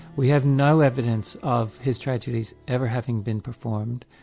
we have no evidence of his tragedies ever having been performed.